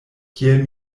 kiel